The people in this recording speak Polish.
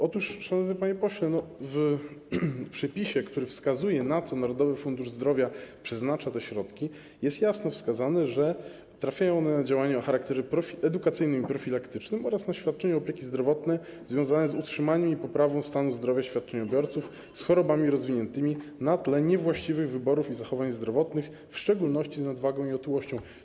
Otóż, szanowny panie pośle, w przepisie, który wskazuje, na co Narodowy Fundusz Zdrowia przeznacza te środki, jest jasno wskazane, że trafiają one na działania o charakterze edukacyjnym i profilaktycznym oraz na świadczenia opieki zdrowotnej związane z utrzymaniem i poprawą stanu zdrowia świadczeniobiorców, z chorobami rozwiniętymi na tle niewłaściwych wyborów i zachowań zdrowotnych, w szczególności z nadwagą i otyłością.